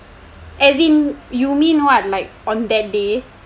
as in you mean what like on that day